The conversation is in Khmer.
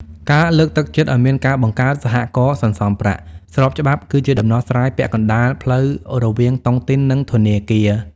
ការលើកទឹកចិត្តឱ្យមានការបង្កើត "សហករណ៍សន្សំប្រាក់" ស្របច្បាប់ គឺជាដំណោះស្រាយពាក់កណ្ដាលផ្លូវរវាងតុងទីន និងធនាគារ។